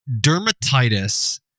dermatitis